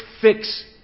fix